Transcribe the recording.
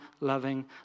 loving